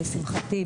לשמחתי,